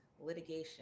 litigation